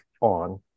on